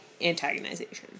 antagonization